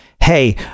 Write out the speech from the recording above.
hey